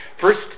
first